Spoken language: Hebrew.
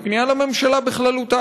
היא פנייה לממשלה כולה.